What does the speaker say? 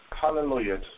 Hallelujah